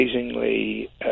amazingly